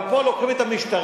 אבל פה לוקחים את המשטרה,